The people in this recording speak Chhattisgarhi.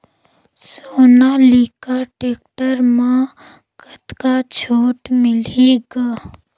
सोनालिका टेक्टर म कतका छूट मिलही ग?